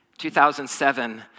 2007